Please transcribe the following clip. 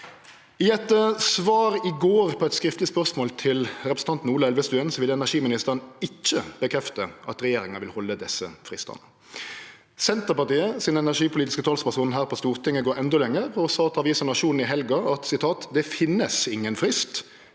I eit svar frå i går på eit skriftleg spørsmål frå representanten Ola Elvestuen vil energiministeren ikkje bekrefte at regjeringa vil halde desse fristane. Senterpartiet sin energipolitiske talsperson her på Stortinget går endå lenger og sa følgjande til avisa Nationen i helga: «Det finnes ingen frist.